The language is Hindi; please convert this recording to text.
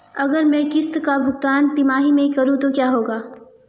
अगर मैं किश्त का भुगतान तिमाही में करूं तो क्या होगा?